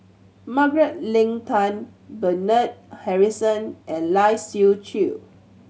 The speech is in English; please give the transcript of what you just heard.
Margaret Leng Tan Bernard Harrison and Lai Siu Chiu